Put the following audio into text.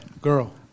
Girl